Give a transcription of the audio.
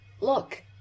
look